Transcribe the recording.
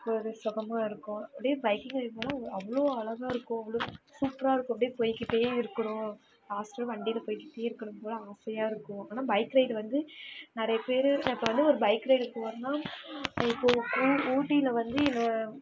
போவது சுகமும் இருக்கும் அப்படியே பைக்கிங் ரைட் போனால் அவ்வளோ அழகாக இருக்கும் அவ்வளோ சூப்பராக இருக்கும் அப்படியே போய்க்கிட்டே இருக்கணும் ஃபாஸ்டாக வண்டியில் போய்க்கிட்டே இருக்கணும்போல் ஆசையாக இருக்கும் ஆனால் பைக் ரைட் வந்து நிறைய பேர் இப்போ வந்து ஒரு பைக் ரைடு போகணுன்னா இப்போது கூ ஊட்டியில் வந்து